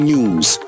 News